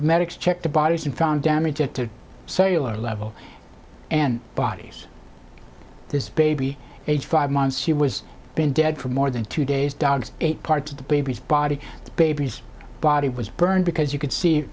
medics checked the bodies and found damage at the sailor level and bodies this baby age five months she was been dead for more than two days dogs ate parts of the baby's body the baby's body was burned because you could see